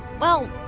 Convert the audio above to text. well,